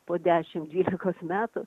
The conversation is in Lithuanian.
po dešimt dvylikos metų